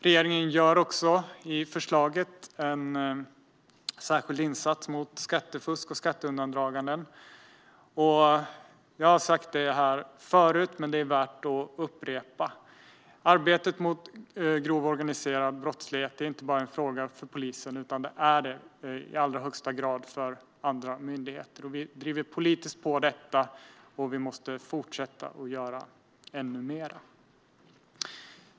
I förslaget gör regeringen också en särskild insats mot skattefusk och skatteundandraganden. Jag har sagt detta förut, men det är värt att upprepa: Arbetet mot grov organiserad brottslighet är inte bara en fråga för polisen utan även i allra högsta grad för andra myndigheter. Vi driver på detta politiskt, och vi måste fortsätta att göra ännu mer.